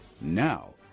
now